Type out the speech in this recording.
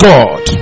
God